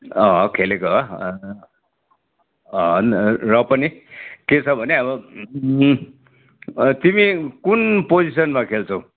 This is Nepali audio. अँ खेलेको अँ अँ र पनि के छ भने तिमी कुन पोजिसनमा खेल्छौँ